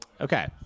okay